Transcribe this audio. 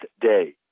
Day